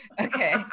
okay